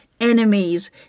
enemies